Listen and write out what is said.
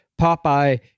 Popeye